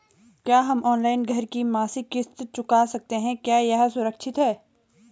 क्या हम ऑनलाइन घर की मासिक किश्त चुका सकते हैं क्या यह सुरक्षित है?